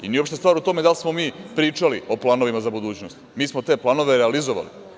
Nije uopšte stvar u tome da li smo mi pričali o planovima za budućnost, mi smo te planove realizovali.